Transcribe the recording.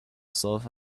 myself